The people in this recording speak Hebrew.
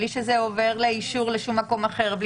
בלי שזה עובר לאישור לשום מקום אחר.